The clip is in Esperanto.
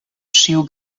ĉiu